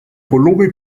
volumi